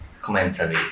commentary